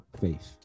faith